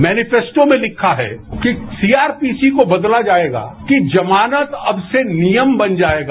manifesto में लिखा है कि सीआरपीसी को बदला जाएगा कि जमानत अब से नियम बन जाएगा